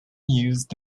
used